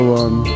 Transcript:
one